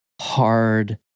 hard